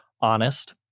honest